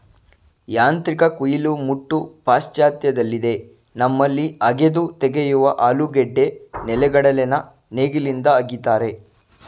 ಯಾಂತ್ರಿಕ ಕುಯಿಲು ಮುಟ್ಟು ಪಾಶ್ಚಾತ್ಯದಲ್ಲಿದೆ ನಮ್ಮಲ್ಲಿ ಅಗೆದು ತೆಗೆಯುವ ಆಲೂಗೆಡ್ಡೆ ನೆಲೆಗಡಲೆನ ನೇಗಿಲಿಂದ ಅಗಿತಾರೆ